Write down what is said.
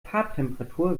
farbtemperatur